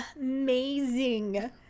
amazing